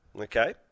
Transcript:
Okay